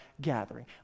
gathering